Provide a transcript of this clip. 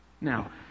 Now